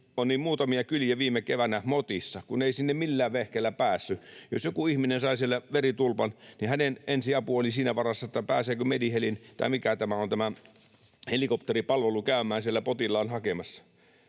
oli muutamia kyliä viime keväänä motissa, kun ei sinne millään vehkeellä päässyt. Jos joku ihminen sai siellä veritulpan, niin hänen ensi-apunsa oli sen varassa, pääseekö Medi-Heli — tai mikä on tämä helikopteripalvelu — käymään siellä potilaan hakemassa.